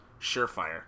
surefire